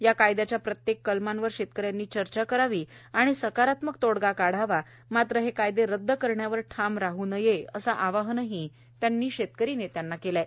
या कायद्याच्या प्रत्येक कलमावर शेतकऱ्यांनी चर्चा करावी आणि सकारात्मक तोडगा काढावा मात्र हे कायदे रद्द करण्यावर ठाम राह नये असं आवाहनही त्यांनी शेतकरी नेत्यांना केलं आहे